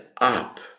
up